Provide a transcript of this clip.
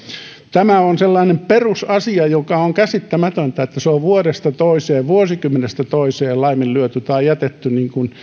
tämä on sellainen perusasia että on käsittämätöntä että se on vuodesta toiseen vuosikymmenestä toiseen laiminlyöty tai jätetty